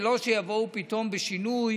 ושלא יבואו פתאום בשינוי